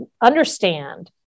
understand